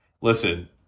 Listen